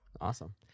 awesome